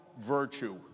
virtue